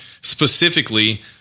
specifically